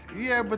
yeah, but